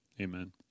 Amen